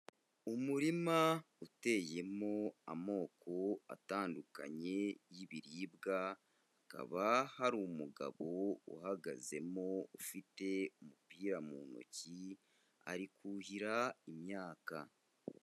Umurima uteyemo amoko atandukanye y'ibiribwa, hakaba hari umugabo uhagazemo ufite umupira mu ntoki, ari kuhira imyaka.